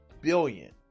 billion